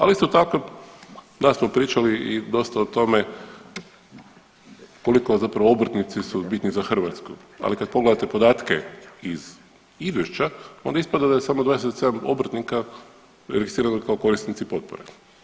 Ali isto tako, da smo pričali i dosta o tome koliko zapravo obrtnici su bitniji za Hrvatsku, ali kad pogledate podatke iz izvješća, onda ispada da je samo 27 obrtnika registrirano kao korisnici potpore.